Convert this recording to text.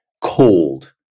cold